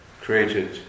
created